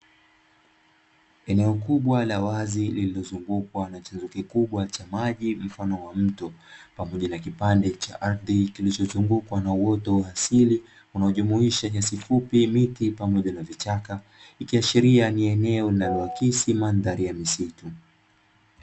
Eneo kubwa la wazi lililozungukwa na chanzo kikubwa cha maji mfano wa mto, pamoja na kipande cha ardhi kilichozungukwa na uoto wa asili, unaojumuisha nyasi fupi, miti pamoja na vichaka. Ikiashiria ni eneo linaloakisi mandhari ya misitu.